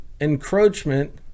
encroachment